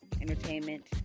entertainment